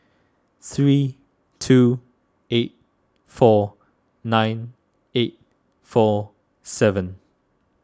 three two eight four nine eight four seven